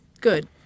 good